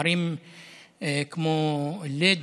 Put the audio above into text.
ערים כמו לוד,